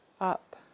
up